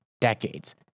decades